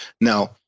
Now